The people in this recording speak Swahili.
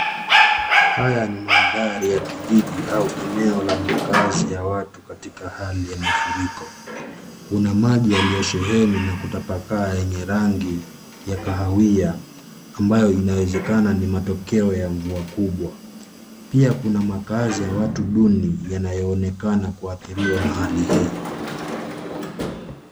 Haya ni mandhari ya kijiji au eneo la makazi ya watu katika hali ya mafuriko. Kuna maji yaliyosheheni na kutapakaa yenye rangi ya kahawia ambayo inawezekana ni matokeo ya mvua kubwa. Pia kuna makazi ya watu duni yanayoonekana kuathiriwa na hali hii.